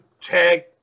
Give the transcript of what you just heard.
tag